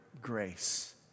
grace